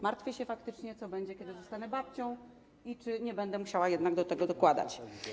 Martwię się faktycznie, co będzie, kiedy zostanę babcią, i czy nie będę musiała jednak do tego dokładać.